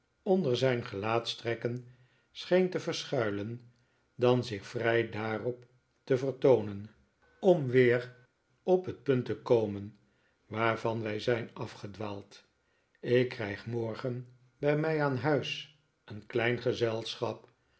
onder zijn gelaatstrekken scheen te verschuilen dan zich vrij daarop te vertoonen om weer op het punt te komen waarvan wij zijn afgedwaald ik krijg morgen bij mij aan huis een klein gezelschap